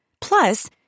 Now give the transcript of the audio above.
Plus